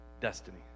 destiny